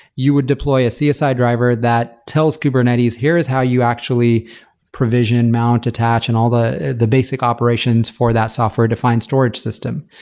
you would deploy a csi driver that tells kubernetes, here is how you actually provision, mount, attach and all the the basic operations for that software defined storage system.